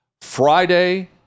Friday